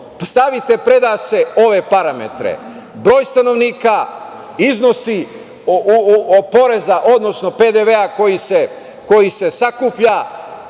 stavite pred sebe ove parametre, broj stanovnika, iznosi poreza, odnosno PDV-a koji se sakuplja